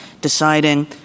deciding